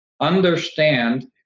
understand